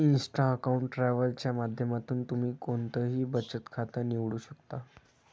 Insta account travel च्या माध्यमातून तुम्ही कोणतंही बचत खातं निवडू शकता